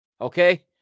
okay